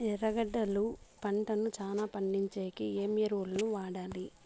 ఎర్రగడ్డలు పంటను చానా పండించేకి ఏమేమి ఎరువులని వాడాలి?